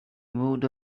moved